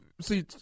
see